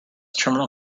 terminal